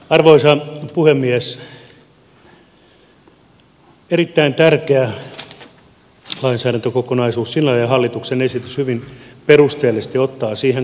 erittäin tärkeä lainsäädäntökokonaisuus siinä ja hallituksen esitys hyvin perusteellisesti ottaa siihen kantaa